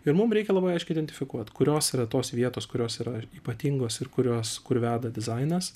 ir mum reikia labai aiškiai identifikuot kurios yra tos vietos kurios yra ypatingos ir kurios kur veda dizainas